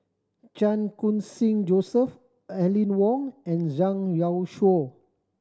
Chan Khun Sing Joseph Aline Wong and Zhang Youshuo